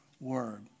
word